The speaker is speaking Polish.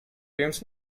więc